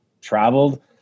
traveled